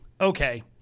okay